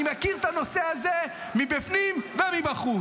אני מכיר את הנושא הזה מבפנים ומבחוץ.